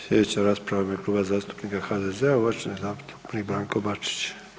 Sljedeća rasprava je u ime Kluba zastupnika HDZ-a uvaženi zastupnik Branko Bačić.